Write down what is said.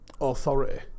authority